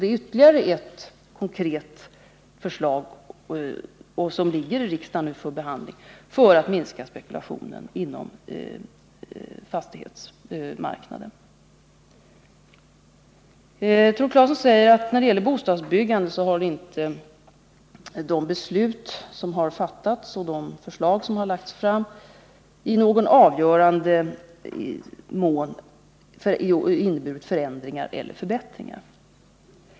Det är ytterligare ett konkret förslag när det gäller åtgärder för att minska spekulationen på fastighetsmarknaden. Förslaget ligger nu hos riksdagen för behandling. När det gäller bostadsbyggandet säger Tore Claeson att de beslut som har fattats och de förslag som har lagts fram inte i någon avgörande mån inneburit förändringar eller förbättringar.